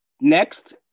Next